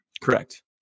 Correct